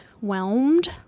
whelmed